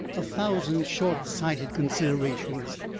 a thousand short-sighted considerations,